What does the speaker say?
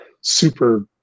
super